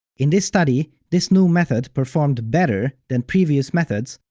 in this study, this new method performed better than previous methods,